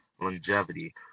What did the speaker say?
longevity